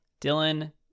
Dylan